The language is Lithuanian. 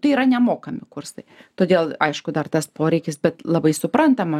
tai yra nemokami kursai todėl aišku dar tas poreikis bet labai suprantama